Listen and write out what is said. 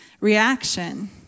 reaction